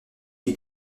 qui